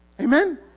Amen